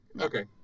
Okay